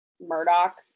Murdoch